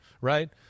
right